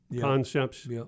concepts